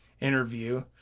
interview